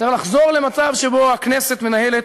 צריך לחזור למצב שבו הכנסת מנהלת